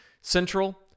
central